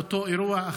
אחרי אותו אירוע,